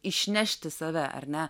išnešti save ar na